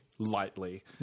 lightly